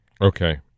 Okay